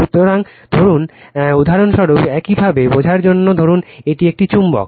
সুতরাং ধরুন এই ধরুন উদাহরণস্বরূপ একইভাবে বোঝার জন্য ধরুন এটি একটি চুম্বক